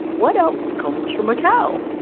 what else comes from a cow?